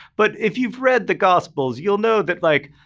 but if you've read the gospels, you'll know that like,